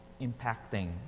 Impacting